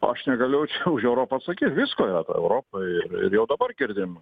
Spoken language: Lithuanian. aš negaliu čia už europą sakyt visko yra toj europoj ir ir jau dabar girdim